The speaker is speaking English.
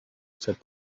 said